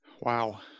Wow